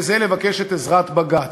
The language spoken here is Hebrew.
וזה לבקש את עזרת בג"ץ.